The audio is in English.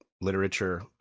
literature